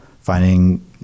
finding